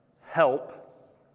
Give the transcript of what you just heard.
Help